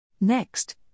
Next